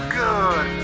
good